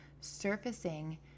surfacing